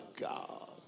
God